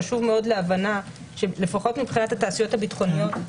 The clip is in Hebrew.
חשוב להבנה לפחות מבחינת התעשיות הביטחוניות,